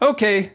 Okay